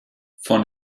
von